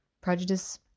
prejudice